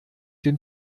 den